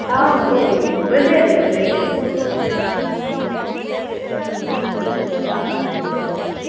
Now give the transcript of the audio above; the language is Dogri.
आं मड़ो बथ्हेरे औंदे